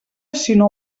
sinó